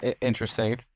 interesting